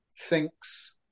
thinks